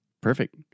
Perfect